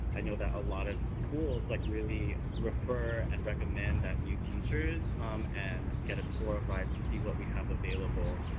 i know that a lot of schools, like, really refer and recommend that new teachers come um and get a tour of ryse and see what we have available.